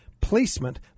placement